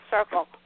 circle